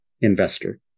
Investor